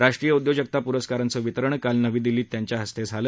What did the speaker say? राष्ट्रीय उद्योजकता पुरस्कारांचं वितरण काल नवी दिल्लीत त्यांच्या हस्ते झालं